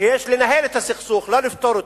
שיש לנהל את הסכסוך, לא לפתור אותו.